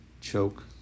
choke